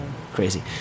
Crazy